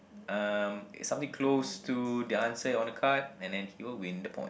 um it's something close to the answer on the card and then he'll win the point